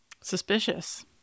Suspicious